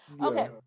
Okay